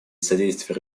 содействии